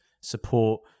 support